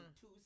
two